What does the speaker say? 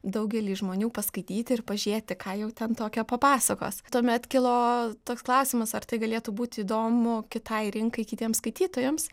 daugelį žmonių paskaityti ir pažiūrėti ką jau ten tokio papasakos tuomet kilo toks klausimas ar tai galėtų būti įdomu kitai rinkai kitiems skaitytojams